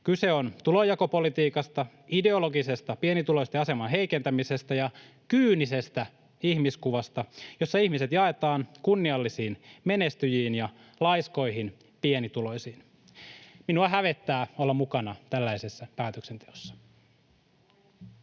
Kyse on tulonjakopolitiikasta, ideologisesta pienituloisten aseman heikentämisestä ja kyynisestä ihmiskuvasta, jossa ihmiset jaetaan kunniallisiin menestyjiin ja laiskoihin pienituloisiin. Minua hävettää olla mukana tällaisessa päätöksenteossa.